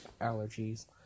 allergies